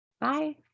bye